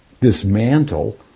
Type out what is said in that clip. dismantle